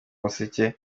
umuseke